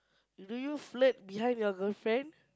do you flirt behind your girlfriend